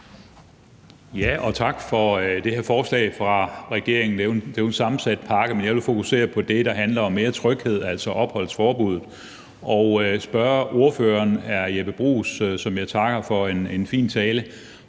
Tak for det her forslag fra regeringen. Det er jo en sammensat pakke, men jeg vil fokusere på det, der handler om mere tryghed, altså opholdsforbuddet, og spørge ordføreren, hr. Jeppe Bruus, som jeg takker for en fin tale,